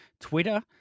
Twitter